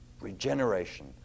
Regeneration